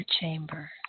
chamber